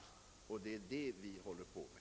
Och det är det vi håller på med.